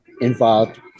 involved